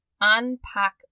unpack